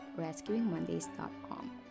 RescuingMondays.com